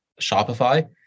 Shopify